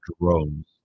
drones